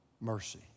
mercy